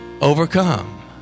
Overcome